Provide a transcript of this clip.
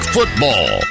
Football